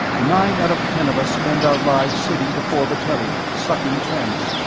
nine out of ten of us spend our lives sitting before the telly, sucking tranks.